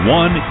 one